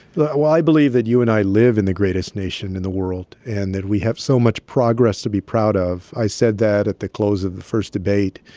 well, i believe that you and i live in the greatest nation in the world and that we have so much progress to be proud of. i said that at the close of the first debate.